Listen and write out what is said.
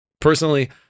personally